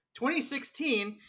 2016